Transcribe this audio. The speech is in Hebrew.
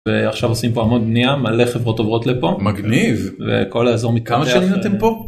ועכשיו עושים פה המון בניה מלא חברות עוברות לפה, מגניב, וכל האזור מ..כמה שנים אתם פה?